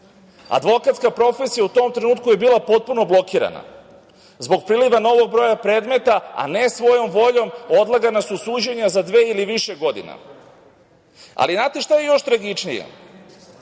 Advokatska profesija u tom trenutku je bila potpuno blokirana. Zbog priliva novog broja predmeta, a ne svojom voljom, odlagana su suđena za dve ili više godina. Znate šta je još tragičnije?